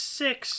six